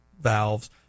valves